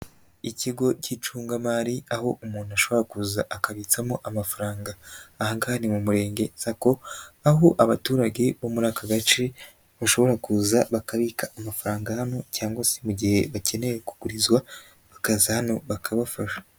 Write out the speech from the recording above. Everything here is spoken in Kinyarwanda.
Ikigo cy'icungamari aho umuntu ashobora kuza akabitsamo amafaranga, aha ni mu murenge sacco aho abaturage bo muri aka gace bashobora kuza bakabika amafaranga hano cyangwa mu gihe bakeneye kugurizwa bakaza hano bakabafasha.